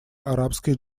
арабской